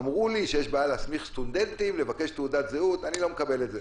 אמרו לי שיש בעיה להסמיך סטודנטים לבקש תעודת זהות אני לא מקבל את זה.